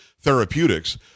therapeutics